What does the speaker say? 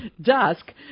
dusk